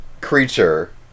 creature